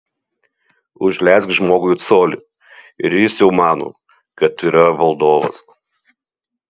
užleisk žmogui colį ir jis jau mano kad yra valdovas